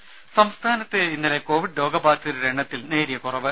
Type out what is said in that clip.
ദദ സംസ്ഥാനത്ത് ഇന്നലെ കോവിഡ് രോഗബാധിതരുടെ എണ്ണത്തിൽ നേരിയ കുറവ്